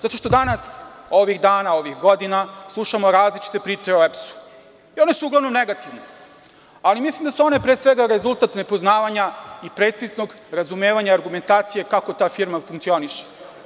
Zato što danas, ovih dana, ovih godina slušamo različite priče o EPS-u i one su uglavnom negativne, ali mislim da su one, pre svega rezultat nepoznavanja i preciznog razumevanja argumentacija kako ta funkcioniše.